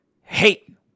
hate